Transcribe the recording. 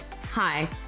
Hi